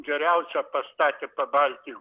geriausią pastatė pabalty